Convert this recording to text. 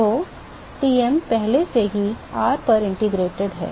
तो Tm पहले से ही r पर integrated है